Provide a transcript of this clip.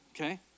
Okay